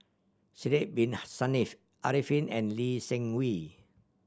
Sidek Bin Saniff Arifin and Lee Seng Wee